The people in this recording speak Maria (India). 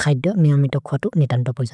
खैत। मिअमित खतु नितन्त पिस।